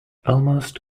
almost